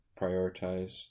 prioritize